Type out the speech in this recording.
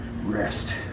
rest